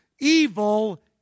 evil